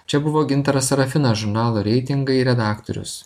čia buvo gintaras serafinas žurnalo reitingai redaktorius